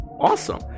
Awesome